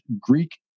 Greek